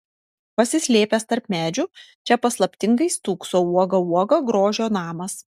pasislėpęs tarp medžių čia paslaptingai stūkso uoga uoga grožio namas